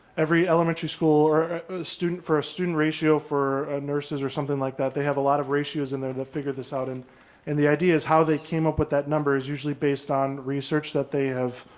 every elementary school or student for a student ratio for nurses or something like that. they have a lot of ratios in there, the figure this out and and the idea is how they came up with that number is usually based on research that they have.